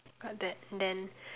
got that then